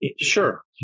Sure